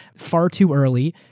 far too early.